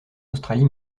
australie